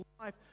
life